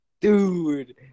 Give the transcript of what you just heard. dude